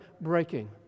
breaking